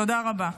תודה רבה.